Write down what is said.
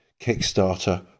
Kickstarter